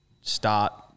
start